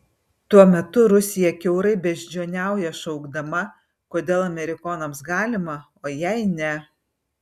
tuo metu rusija kiaurai beždžioniauja šaukdama kodėl amerikonams galima o jai ne